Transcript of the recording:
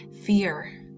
Fear